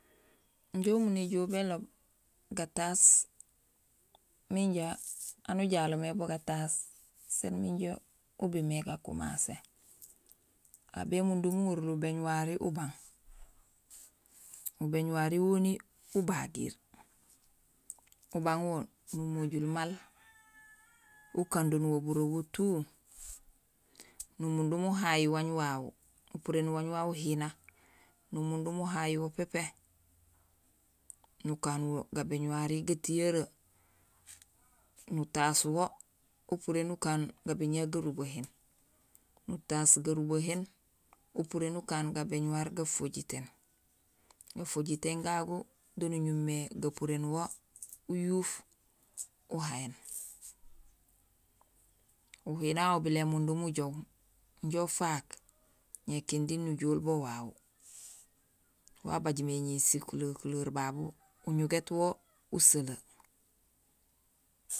Injé umu néjool béloob gataas minja aan ujalo mé bun gataas, sén minja ubimé gakumasé. Aw bémundum uŋorul ubéñuwari ubang; ubéñuwari woni ubagiir, ubang wo numojul maal ukando nuwo burooŋ wo tout, numundum uhaay waañ wawu, nupuréén waañ wawu uhina, numundum uhaay wo pépé, nukaan wo gabéñuwari gatiyoree, nutaas wo upuréén ukaan gabéñuwar garubahéén, nutaas garubahéén upuréén ukaan babéñuwar gafojitéén, gafojitéén gagu do nu ñumé gapurénul wo uyuuf uhayéén. Uhina wawu ubilé émundum ujoow injo ufaak ñé kindi nujool bon wawu wa bajmé sikuleer kuleer babu; uñugéét wo usolee